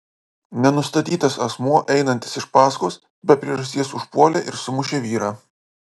nenustatytas asmuo einantis iš paskos be priežasties užpuolė ir sumušė vyrą